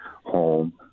home